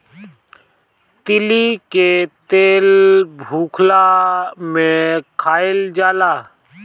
तीली के तेल भुखला में खाइल जाला